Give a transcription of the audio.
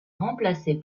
remplacé